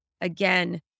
again